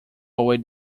away